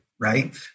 right